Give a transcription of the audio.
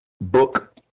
book